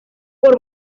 por